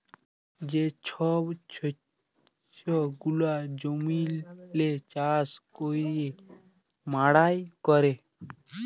যে ছব শস্য গুলা জমিল্লে চাষ ক্যইরে মাড়াই ক্যরে